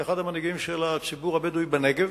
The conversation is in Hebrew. כאחד המנהיגים של הציבור הבדואי בנגב,